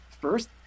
first